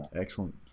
excellent